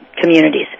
communities